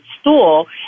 stool